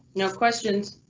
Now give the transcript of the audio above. no questions.